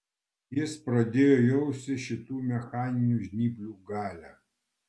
jis pradėjo jausti šitų mechaninių žnyplių galią